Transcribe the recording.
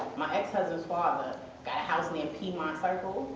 my ex-husband's father got a house near piedmont circle.